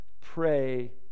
pray